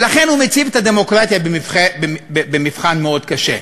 ולכן הוא מציב את הדמוקרטיה במבחן מאוד קשה.